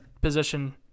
position